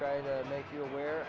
try to make you aware